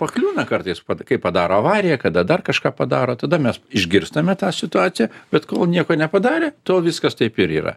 pakliūna kartais kai padaro avariją kada dar kažką padaro tada mes išgirstame tą situaciją bet nieko nepadarė tuo viskas taip ir yra